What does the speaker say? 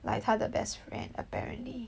来他的 best friend apparently